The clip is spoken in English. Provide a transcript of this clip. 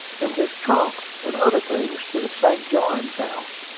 and his trunks and other things to the st. johns house.